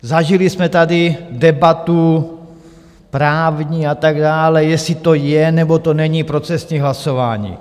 Zažili jsme tady debatu právní a tak dále, jestli to je, nebo to není procesní hlasování.